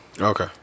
Okay